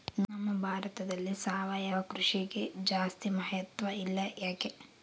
ನಮ್ಮ ಭಾರತದಲ್ಲಿ ಸಾವಯವ ಕೃಷಿಗೆ ಜಾಸ್ತಿ ಮಹತ್ವ ಇಲ್ಲ ಯಾಕೆ?